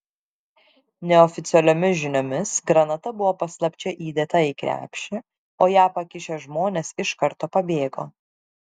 neoficialiomis žiniomis granata buvo paslapčia įdėta į krepšį o ją pakišę žmonės iš karto pabėgo